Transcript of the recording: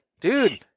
dude